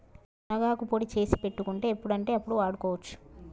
మునగాకు పొడి చేసి పెట్టుకుంటే ఎప్పుడంటే అప్పడు వాడుకోవచ్చు